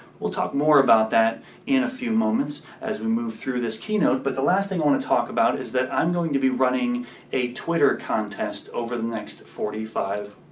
we'll talk more about that in a few moments as we move through this keynote. but the last thing i want to talk about is that i'm going to be running a twitter contest over the next forty five,